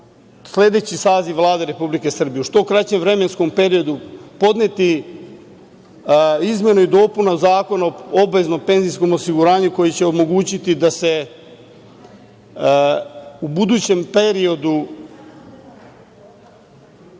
sledeći saziv Vlade Republike Srbije u što kraćem vremenskom periodu podneti izmenu i dopunu Zakona o obaveznom penzijskom osiguranju koji će omogućiti da se u budućem periodu